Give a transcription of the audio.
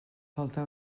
faltar